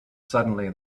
suddenly